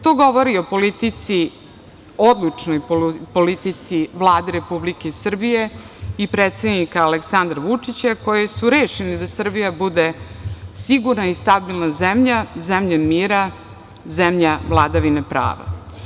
To govori o politici, odlučnoj politici Vlade Republike Srbije i predsednika Aleksandra Vučića, koji su rešeni da Srbija bude sigurna i stabilna zemlja, zemlja mira, zemlja vladavine prave.